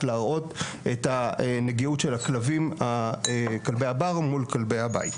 להראות את הנגיעות של כלבי הבר מול כלבי הבית.